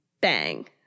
bang